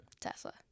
Tesla